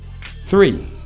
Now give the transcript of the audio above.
Three